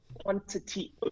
quantity